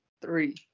Three